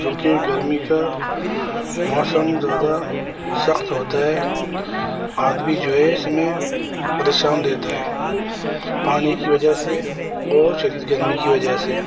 کیونکہ گرمی کا موسم زیادہ سخت ہوتا ہے آدمی جو ہے اس میں پریشان رہتا ہے پانی کی وجہ سے اور شدید گرمی کی وجہ سے